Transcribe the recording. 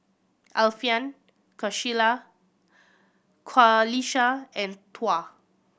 Alfian Qalisha and Tuah